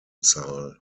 zahl